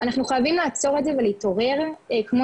אנחנו חייבים לעצור את זה ולהתעורר כמו